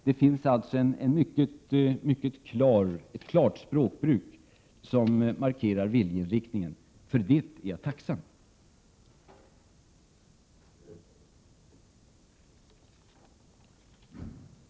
— Det finns alltså ett klart språkbruk som markerar viljeinriktningen. För det är jag tacksam.